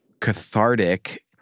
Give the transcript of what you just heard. cathartic